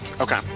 Okay